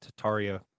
tataria